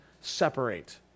separate